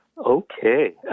Okay